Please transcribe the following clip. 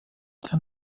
der